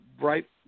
right